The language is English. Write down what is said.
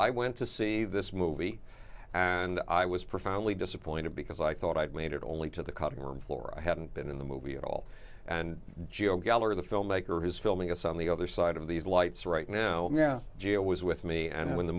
i went to see this movie and i was profoundly disappointed because i thought i had made it only to the cutting room floor i hadn't been in the movie at all and joe gallery the filmmaker has filming us on the other side of these lights right now geo was with me and when the